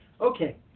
Okay